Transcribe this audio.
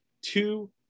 two